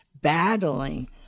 battling